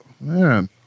Man